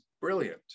brilliant